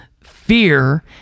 Fear